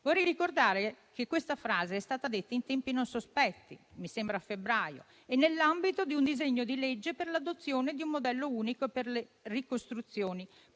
vorrei ricordare che questa frase è stata detta in tempi non sospetti (mi sembra a febbraio) nell'ambito di un disegno di legge per l'adozione di un modello unico per le ricostruzioni,